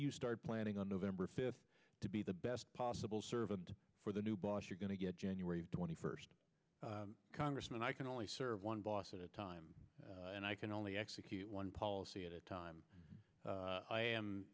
you start planning on november fifth to be the best possible servant for the new boss you're going to get january twenty first congressman i can only serve one boss at a time and i can only execute one policy at a time i am